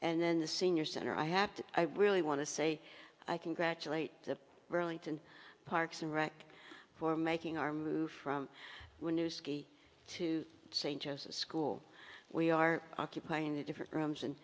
then the senior center i have to i really want to say i congratulate the burlington parks and rec for making our move from when you ski to st joseph school we are occupying the different rooms and